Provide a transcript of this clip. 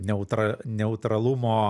neutra neutralumo